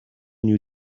new